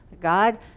God